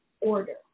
order